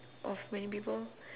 of many people